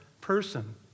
person